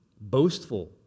boastful